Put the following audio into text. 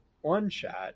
One-Shot